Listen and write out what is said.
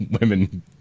Women